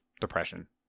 depression